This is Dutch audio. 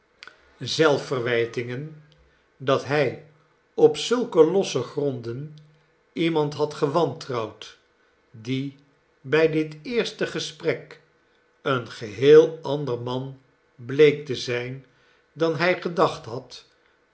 verwijtingen dat hij op zulke losse gronden iemand had gewantrouwd die bij dit eerste gesprek een geheel ander man bleek te zijn dan hij gedacht had